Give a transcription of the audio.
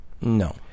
No